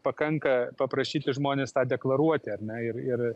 pakanka paprašyti žmones tą deklaruoti ar ne ir ir